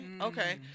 okay